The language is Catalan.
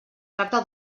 tracta